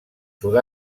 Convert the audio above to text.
sud